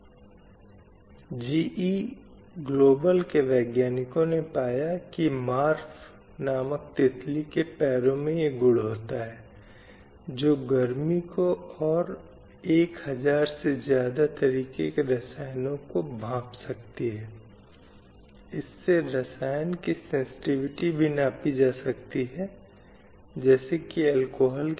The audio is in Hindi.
स्लाइड समय संदर्भ 1903 तो इसलिए एक बार जब हमने मौजूदा असमानताओं और भेदभाव पूर्ण प्रथाओं के इस पहलू को समझ लिया है जो समाज में विद्यमान हैं हम समझ सकते हैं या समझना शुरू कर सकते हैं कि लैंगिक न्याय क्या है